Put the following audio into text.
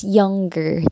younger